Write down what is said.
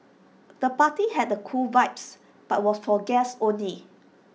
the party had A cool vibes but was for guests only